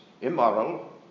immoral